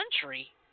country